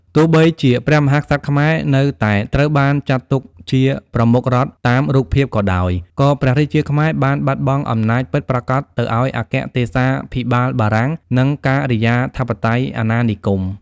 ទោះបីជាព្រះមហាក្សត្រខ្មែរនៅតែត្រូវបានចាត់ទុកជាប្រមុខរដ្ឋតាមរូបភាពក៏ដោយ ក៏ព្រះរាជាខ្មែរបានបាត់បង់អំណាចពិតប្រាកដទៅឱ្យអគ្គទេសាភិបាលបារាំង និងការិយាធិបតេយ្យអាណានិគម។